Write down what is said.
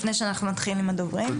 לפני שאנחנו נתחיל עם הדוברים.